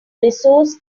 resource